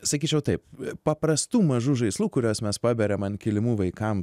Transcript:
sakyčiau taip paprastų mažų žaislų kuriuos mes paberiam ant kilimų vaikam